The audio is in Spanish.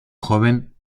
joven